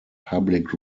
public